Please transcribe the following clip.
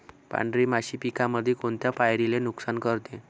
पांढरी माशी पिकामंदी कोनत्या पायरीले नुकसान करते?